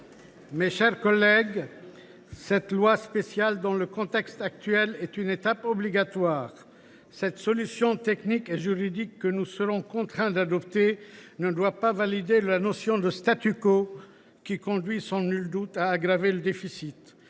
Mes chers collègues, cette loi spéciale dans le contexte actuel est une étape obligatoire. Mais cette solution technique et juridique que nous serons contraints d’adopter ne doit pas valider la notion de, qui conduit sans nul doute à aggraver le déficit.